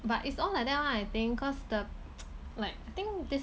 but it's all like that one I think cause the like I think this